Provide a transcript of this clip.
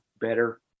better